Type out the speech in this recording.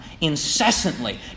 incessantly